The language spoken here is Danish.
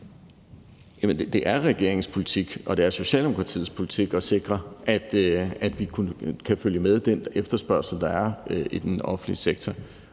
det er regeringens politik, og det er Socialdemokratiets politik at sikre, at vi kan følge med den efterspørgsel, der er i den offentlige sektor.